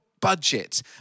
budget